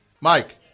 Mike